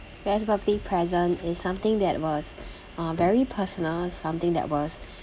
best birthday present is something that was uh very personal something that was